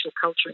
Culture